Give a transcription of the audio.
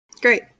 Great